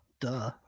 duh